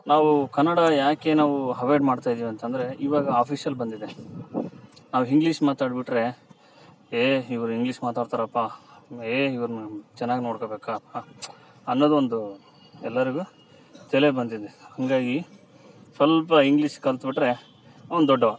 ನಾವೂ ಕನ್ನಡ ಯಾಕೆ ನಾವೂ ಹವೈಡ್ ಮಾಡ್ತ ಇದೀವಿ ಅಂತಂದರೆ ಇವಾಗ ಆಫೀಸಲ್ಲಿ ಬಂದಿದೆ ನಾವು ಹಿಂಗ್ಲೀಷ್ ಮಾತಾಡಿಬಿಟ್ರೆ ಏಯ್ ಇವ್ರು ಇಂಗ್ಲೀಷ್ ಮಾತಾಡ್ತಾರಪ್ಪ ಏಯ್ ಇವ್ರನ್ನು ಚೆನ್ನಾಗ್ ನೋಡ್ಕೊಬೇಕ ಅನ್ನೋದು ಒಂದು ಎಲ್ಲಾರಿಗು ತಲೆ ಬಂದಿದೆ ಹಿಂಗಾಗಿ ಸ್ವಲ್ಪ ಇಂಗ್ಲೀಸ್ ಕಲ್ತು ಬಿಟ್ಟರೆ ಅವ್ನು ದೊಡ್ಡವನು